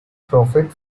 profit